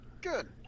good